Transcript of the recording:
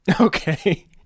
Okay